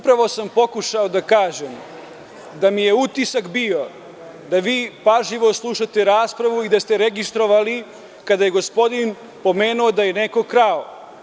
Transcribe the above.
Upravo sam pokušao da kažem da mi je utisak bio da vi pažljivo slušate raspravu i da ste registrovali kada je gospodin pomenuo da je neko krao…